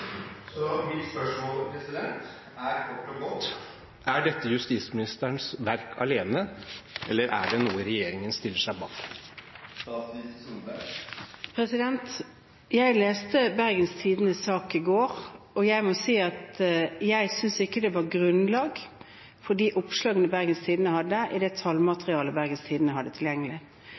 Mitt spørsmål er kort og godt: Er dette justisministerens verk alene, eller er det noe regjeringen stiller seg bak? Jeg leste Bergens Tidendes sak i går, og jeg synes ikke det var grunnlag for de oppslagene Bergens Tidende hadde i det tallmaterialet de hadde tilgjengelig. I budsjettet for 2014 var det